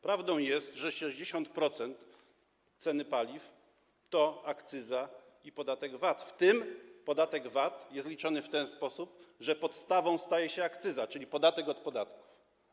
Prawdą jest, że 60% ceny paliw to akcyza i podatek VAT, w tym podatek VAT jest liczony w ten sposób, że podstawą staje się akcyza, czyli podatek od podatków.